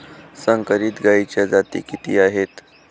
संकरित गायीच्या जाती किती आहेत?